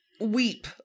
Weep